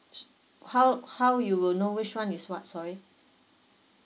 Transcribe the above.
how how you will know which one is what sorry